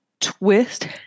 Twist